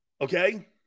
Okay